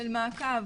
של מעקב,